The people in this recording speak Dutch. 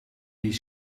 die